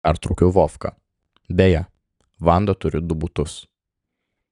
pertraukiau vovką beje vanda turi du butus